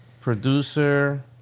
producer